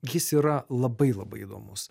jis yra labai labai įdomus